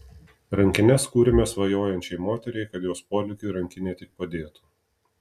rankines kūrėme svajojančiai moteriai kad jos polėkiui rankinė tik padėtų